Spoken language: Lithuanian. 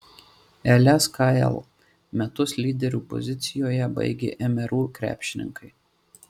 lskl metus lyderių pozicijoje baigė mru krepšininkai